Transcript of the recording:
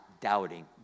doubting